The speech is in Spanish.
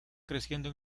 creciendo